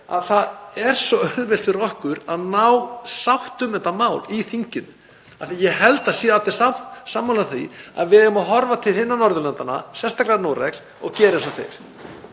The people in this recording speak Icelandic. að það sé svo auðvelt fyrir okkur að ná sátt um þetta mál í þinginu. Ég held að það séu allir sammála því að við eigum að horfa til hinna Norðurlandanna, sérstaklega Noregs og gera eins og þeir.